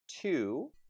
two